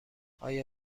آیا